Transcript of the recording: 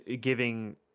giving